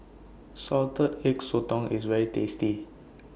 Salted Egg Sotong IS very tasty